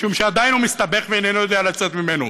משום שעדיין הוא מסתבך ואיננו יודע לצאת ממנו.